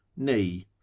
Knee